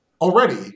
already